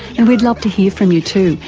and we'd love to hear from you too,